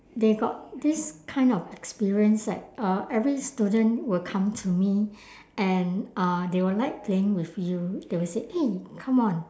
they got this kind of experience like uh every student will come to me and uh they will like playing with you they will say eh come on